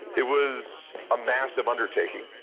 it was a massive undertaking.